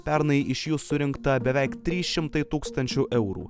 pernai iš jų surinkta beveik trys šimtai tūkstančių eurų